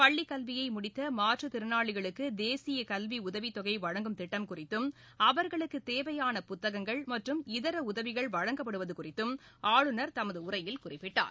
பள்ளிக் கல்வியை முடித்த மாற்றுத்திறனாளிகளுக்கு தேசிய கல்வி உதவித் தொகை வழங்கும் திட்டம் குறித்தும் அவர்களுக்கு தேவையான புத்தங்கள் மற்றும் இதர உதவிகள் வழங்கப்படுவது குறித்தும் ஆளுநர் தமது உரையில் குறிப்பிட்டார்